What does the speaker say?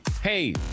hey